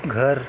گھر